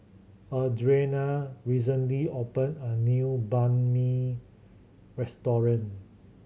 Adrianna recently opened a new Banh Mi Restaurant